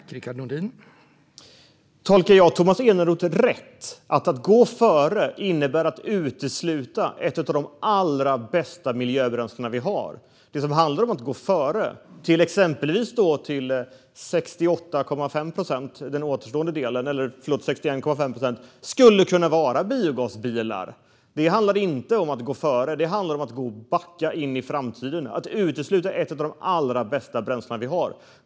Herr talman! Tolkar jag Tomas Eneroth rätt - innebär att gå före att vi ska utesluta ett av de allra bästa miljöbränslen vi har? Det som handlar om att gå före, exempelvis till 61,5 procent, den återstående delen, skulle kunna vara biogasbilar. Detta handlar inte om att gå före. Det handlar om att backa in i framtiden - att utesluta ett av de allra bästa bränslen vi har.